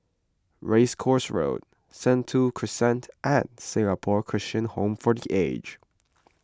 Race Course Road Sentul Crescent and Singapore Christian Home for the Aged